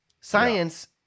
science